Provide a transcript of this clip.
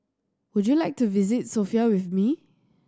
would you like to visit Sofia with me